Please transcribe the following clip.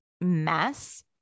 mess